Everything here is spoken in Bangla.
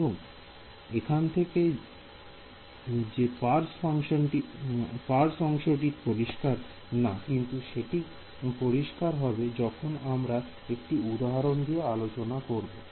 এবং এখান থেকে যে পাস অংশটি পরিষ্কার না কিন্তু সেটি পরিষ্কার হবে যখন আমরা একটি উদাহরণ নিয়ে আলোচনা করব